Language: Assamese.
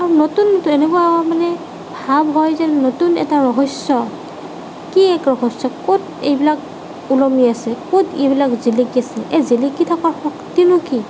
আৰু নতুন তেনেকুৱা মানে ভাব হয় যেন নতুন এটা ৰহস্য কি এক ৰহস্য ক'ত এইবিলাক ওলমি আছে ক'ত এইবিলাক জিলিকি আছে এই জিলিকি থকাৰ শক্তিনো কি